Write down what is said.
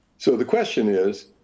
so the question is,